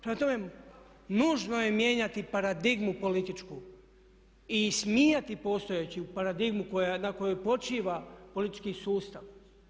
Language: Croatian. Prema tome, nužno je mijenjati paradigmu političku i ismijati postojeću paradigmu na kojoj počiva politički sustav.